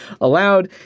allowed